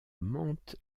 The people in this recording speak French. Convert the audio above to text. mantes